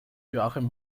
joachim